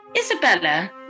Isabella